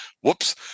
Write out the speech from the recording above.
Whoops